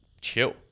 chill